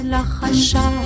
Lachasha